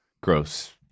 gross